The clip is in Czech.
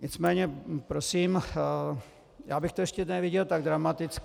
Nicméně prosím, já bych to ještě neviděl tak dramaticky.